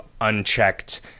unchecked